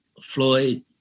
Floyd